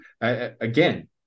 again